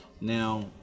Now